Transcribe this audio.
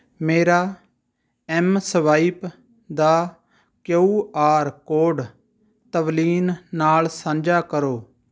ਮੇਰਾ ਐੱਮਸਵਾਇਪ ਦਾ Q R code Tavleen ਨਾਲ ਸਾਂਝਾ ਕਰੋ